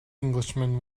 englishman